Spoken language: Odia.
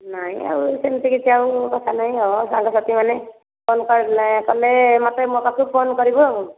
ନାଇଁ ଆଉ ସେମିତି କିଛି ଆଉ କଥା ନାଇଁ ଆଉ ସାଙ୍ଗ ସାଥି ମାନେ ଫୋନ କଲେ କଲେ ମୋତେ ମୋ ପାଖକୁ ଫୋନ କରିବୁ ଆଉ